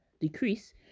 decrease